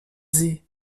sie